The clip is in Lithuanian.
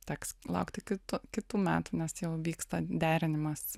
teks laukti kito kitų metų nes jau vyksta derinimas